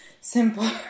simple